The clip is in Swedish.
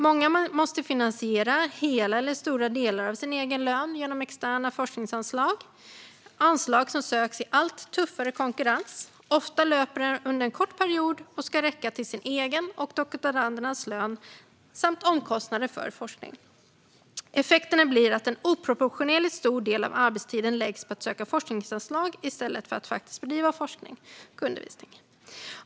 Många måste finansiera hela eller stora delar av sin egen lön genom externa forskningsanslag. Det är anslag som söks i allt tuffare konkurrens, ofta löper under en kort period och som ska räcka till ens egen lön och doktorandernas löner samt omkostnader för forskningen. Effekten blir att en oproportionerligt stor del av arbetstiden läggs på att söka forskningsanslag i stället för att faktiskt bedriva forskning och undervisning.